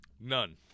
None